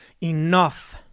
enough